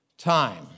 time